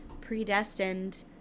predestined